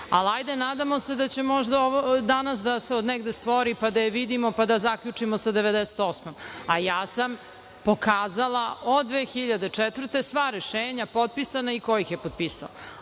Ali hajde, nadamo se da će možda danas da se odnegde stvori, pa da je vidimo, pa da zaključimo sa 1998. godinom. Ja sam pokazala od 2004. godine sva rešenja potpisana i ko ih je potpisao.